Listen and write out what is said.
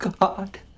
God